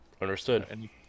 Understood